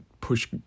push